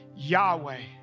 Yahweh